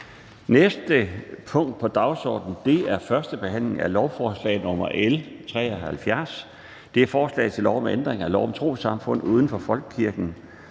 næste punkt på dagsordenen er: 25) 1. behandling af lovforslag nr. L 73: Forslag til lov om ændring af lov om trossamfund uden for folkekirken.